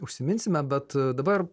užsiminsime bet dabar